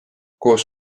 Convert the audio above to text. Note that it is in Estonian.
koos